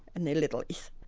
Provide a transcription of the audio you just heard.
and they're littlies.